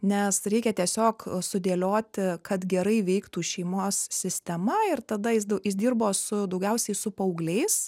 nes reikia tiesiog sudėlioti kad gerai veiktų šeimos sistema ir tada jis daug jis dirbo su daugiausiai su paaugliais